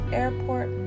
airport